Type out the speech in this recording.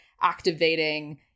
activating